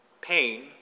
Pain